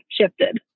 shifted